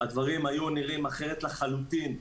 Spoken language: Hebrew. הדברים היו נראים אחרת לחלוטין.